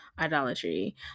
idolatry